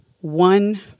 one